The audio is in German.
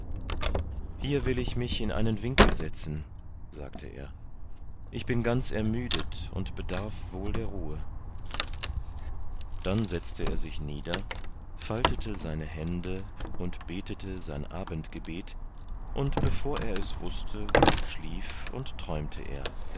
hier will ich mich in einen winkel setzen sagte er ich bin ganz ermüdet und bedarf wohl der ruhe dann setzte er sich nieder faltete seine hände und betete sein abendgebet und bevor er es wußte schlief und träumte er